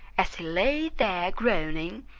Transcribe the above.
as he lay there groaning,